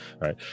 right